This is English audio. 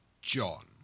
John